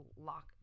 lock